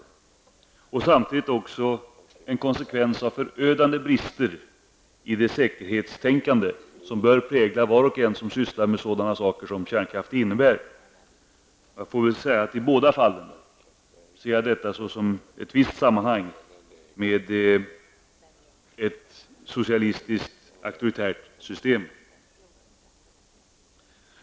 Olyckan är samtidigt en konsekvens av förödande brister i det säkerhetstänkande som bör prägla var och en som arbetar med kärnkraft. Båda dessa faktorer sätter jag i ett visst samband med ett socialistiskt auktoritärt system.